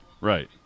Right